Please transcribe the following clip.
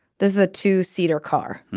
this is a two seater car.